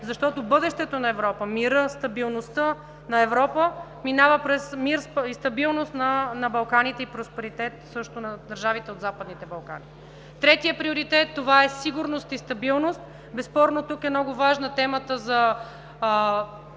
защото бъдещето на Европа, мирът, стабилността на Европа минават през мир и стабилност на Балканите и просперитет също на държавите от Западните Балкани. Третият приоритет е сигурност и стабилност. Безспорно тук е много важна темата,